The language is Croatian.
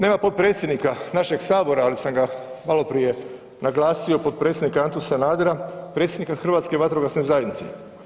Nema potpredsjednika našeg sabora, ali sam ga maloprije naglasio, potpredsjednika Antu Sanadera, predsjednika Hrvatske vatrogasne zajednice.